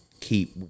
keep